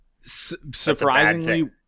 Surprisingly